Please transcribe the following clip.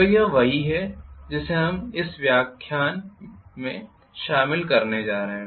तो यह वही है जिसे हम इस विशेष व्याख्यान में शामिल करने जा रहे हैं